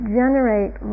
generate